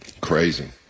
crazy